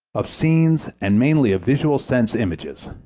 of scenes and mainly of visual sense images.